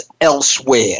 elsewhere